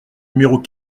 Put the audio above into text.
numéros